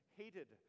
hated